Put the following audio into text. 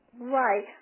Right